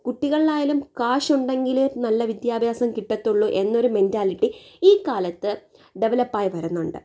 കുട്ടികളിലായാലും കാശ് ഉണ്ടെങ്കിലെ നല്ല വിദ്യാഭ്യാസം കിട്ടത്തുള്ളൂ എന്നൊരു മെന്റാലിറ്റി ഇക്കാലത്ത് ഡെവലപ്പായി വരുന്നുണ്ട്